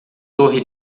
torre